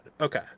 Okay